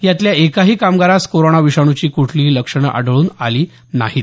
यातल्या एकाही कामगारास कोरोना विषाणूची कुठलीही लक्षणं आढळून आली नाहीत